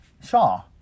Shaw